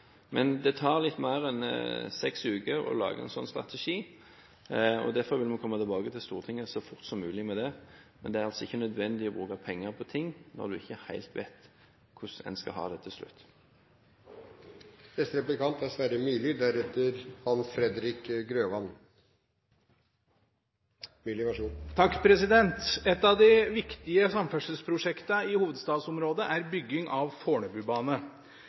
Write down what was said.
Men det tar litt mer enn seks uker å lage en sånn strategi, og derfor må vi komme tilbake til Stortinget så fort som mulig med det. Men det er altså ikke nødvendig å bruke penger på ting når en ikke helt vet hvordan en skal ha det til slutt. Et av de viktigste samferdselsprosjektene i hovedstadsområdet er bygging av